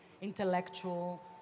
intellectual